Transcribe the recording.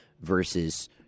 versus